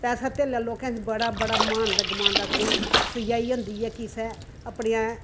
पैसा तेला लोके बड़ा मान ते गोमान सचाई होंदी ऐ कि असें अपनी